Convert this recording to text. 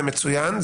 זה מצוין,